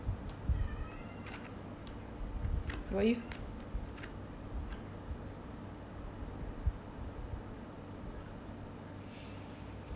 why you